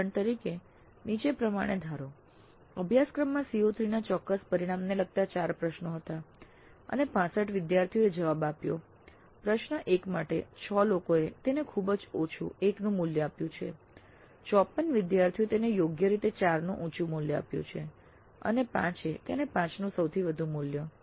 ઉદાહર તરીકે નીચે પ્રમાણે ધારો અભ્યાસક્રમમાં CO3 ના ચોક્કસ પરિણામને લગતા ચાર પ્રશ્નો હતા અને 65 વિદ્યાર્થીઓએ જવાબ આપ્યો પ્રશ્ન 1 માટે 6 લોકોએ તેને ખુબ જ ઓછું 1 નું મૂલ્ય આપ્યું છે 54 વિદ્યાર્થીઓએ તેને યોગ્ય રીતે 4 નું ઊંચું મૂલ્ય આપ્યું છે અને 5 એ તેને 5 નું સૌથી વધુ મૂલ્ય